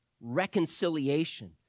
reconciliation